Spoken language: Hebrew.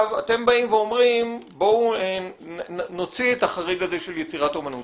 אתם אומרים: בואו נוציא את החריג של יצירת אומנות,